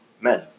men